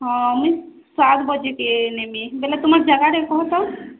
ହଁ ମୁଇଁ ସାତ୍ ବଜେକି ନେମି ବେଲେ ତୁମର୍ ଜାଗା ଟିକେ କହତ